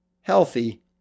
healthy